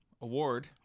award